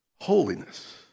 Holiness